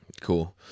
Cool